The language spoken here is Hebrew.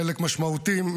חלק משמעותי,